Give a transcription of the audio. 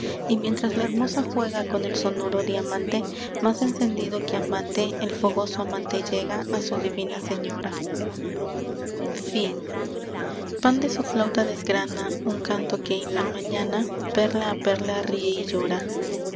y mientras la hermosa juega con el sonoro diamante más encendido que amante el fogoso amante llega a su divina señora ffin pan de su flauta desgrana un canto que en la mañana perla a perla ríe y llora